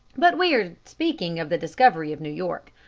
but we are speaking of the discovery of new york.